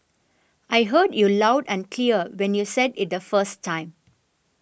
I heard you loud and clear when you said it the first time